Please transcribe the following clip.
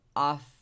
off